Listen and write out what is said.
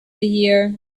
year